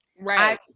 right